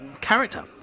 character